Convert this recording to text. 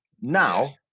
Now